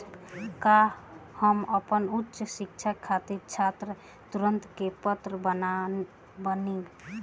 का हम आपन उच्च शिक्षा के खातिर छात्र ऋण के पात्र बानी?